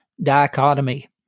dichotomy